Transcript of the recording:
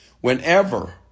whenever